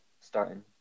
starting